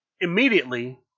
immediately